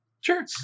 Sure